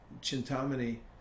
Chintamani